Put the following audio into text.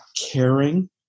caring